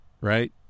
right